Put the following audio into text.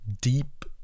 deep